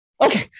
Okay